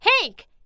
Hank